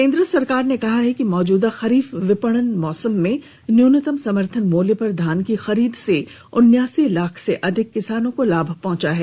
केन्द्र सरकार ने कहा है कि मौजूदा खरीफ विपणन मौसम में न्यूनतम समर्थन मूल्य पर धान की खरीद से उनासी लाख से अधिक किसानों को लाभ पहुंचा है